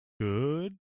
Good